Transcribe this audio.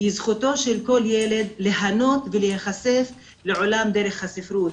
כי זכותו של כל ילד ליהנות ולהיחשף לעולם דרך הספרות.